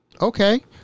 okay